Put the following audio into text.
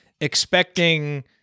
expecting